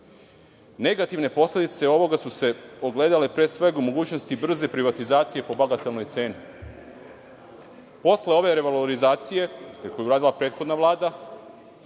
Negativne posledice ovoga su se ogledale pre svega u mogućnosti brze privatizacije po bagatelnoj ceni. Posle ove revalorizacije koju je uradila prethodna Vlada,